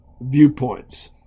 viewpoints